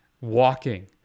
walking